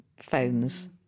phones